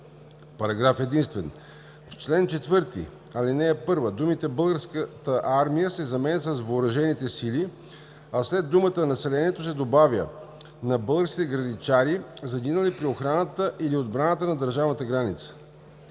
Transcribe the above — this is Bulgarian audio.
„Параграф единствен. В чл. 4, ал. 1, думите „Българската армия“ се заменят с „Въоръжените сили“, а след думата „населението“ се добавя „на българските граничари, загинали при охраната или отбраната на държавната граница“.“